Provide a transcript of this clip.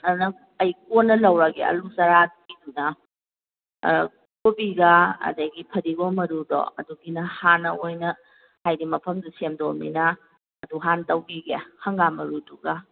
ꯑꯗꯨꯅ ꯑꯩ ꯀꯣꯟꯅ ꯂꯧꯔꯒꯦ ꯑꯂꯨ ꯆꯥꯔ ꯀꯣꯕꯤꯒ ꯑꯗꯒꯤ ꯐꯗꯤꯒꯣꯝ ꯃꯔꯨꯗꯣ ꯑꯗꯨꯒꯤꯅ ꯍꯥꯟꯅ ꯑꯣꯏꯅ ꯍꯥꯏꯗꯤ ꯃꯐꯝꯗꯨ ꯁꯦꯝꯗꯣꯛꯑꯕꯅꯤꯅ ꯑꯗꯨ ꯍꯥꯟꯅ ꯇꯧꯈꯤꯒꯦ ꯍꯪꯒꯥꯝ ꯃꯔꯨꯗꯨꯒ